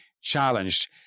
challenged